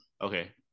Okay